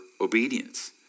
obedience